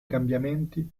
cambiamenti